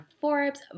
Forbes